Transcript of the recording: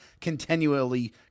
continually